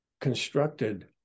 constructed